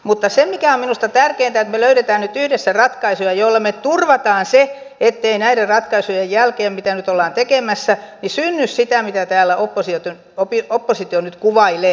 mutta se mikä on minusta tärkeintä on että me löydämme nyt yhdessä ratkaisuja joilla me turvaamme sen ettei näiden ratkaisujen jälkeen mitä nyt olemme tekemässä synny sitä mitä täällä oppositio nyt kuvailee